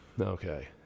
Okay